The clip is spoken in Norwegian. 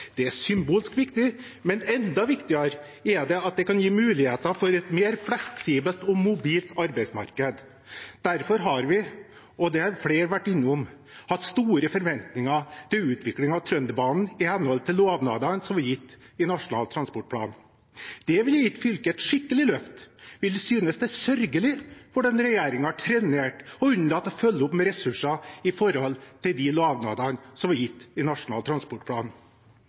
Det er symbolsk viktig, men enda viktigere er det at det kan gi muligheter for et mer fleksibelt og mobilt arbeidsmarked. Derfor har vi – og det har flere vært innom – hatt store forventninger til utvikling av Trønderbanen, i henhold til lovnadene som ble gitt i Nasjonal transportplan. Det ville gitt fylket et skikkelig løft. Vi synes det er sørgelig hvordan regjeringen har trenert og unnlatt å følge opp med ressurser med hensyn til de lovnadene som ble gitt i Nasjonal transportplan.